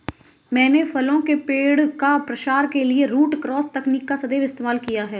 मैंने फलों के पेड़ का प्रसार के लिए रूट क्रॉस तकनीक का सदैव इस्तेमाल किया है